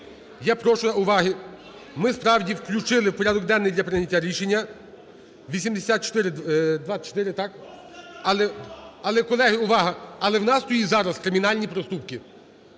Я прошу уваги! Ми справді включили в порядок денний для прийняття рішення 8424, так? Але, колеги, увага! Але в нас стоїть зараз – кримінальні проступки.